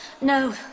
No